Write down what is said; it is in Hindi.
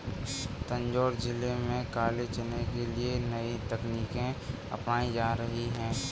तंजौर जिले में काले चने के लिए नई तकनीकें अपनाई जा रही हैं